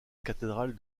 cathédrale